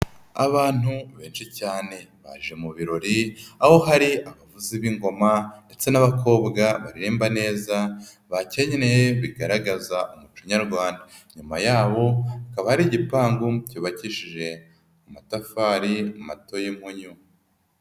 Abantu benshi cyane baje mu birori, aho hari abavuzi b'ingoma ndetse n'abakobwa baririmba neza bakenyeye bigaragaza umuco nyarwanda, inyuma yabo hakaba hari igipangu cyubakishije amatafari mato y'impunyu.